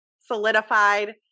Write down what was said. solidified